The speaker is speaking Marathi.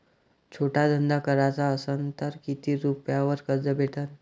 छोटा धंदा कराचा असन तर किती रुप्यावर कर्ज भेटन?